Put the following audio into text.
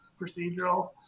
procedural